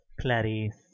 Clarice